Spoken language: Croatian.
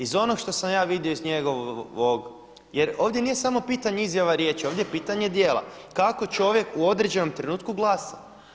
Iz onog što sam ja vidio iz njegovog, jer ovdje nije samo pitanje izjava riječi, ovdje je pitanje djela kako čovjek u određenom trenutku glasa.